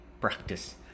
practice